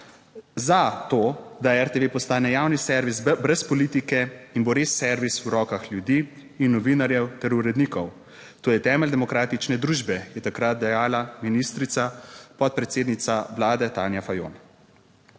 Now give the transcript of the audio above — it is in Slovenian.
Za to, da RTV postane javni servis brez politike in bo res servis v rokah ljudi in novinarjev ter urednikov, to je temelj demokratične družbe, je takrat dejala ministrica, podpredsednica Vlade Tanja Fajon.